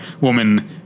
woman